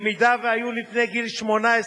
במידה שהיו לפני גיל 18,